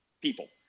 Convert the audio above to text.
people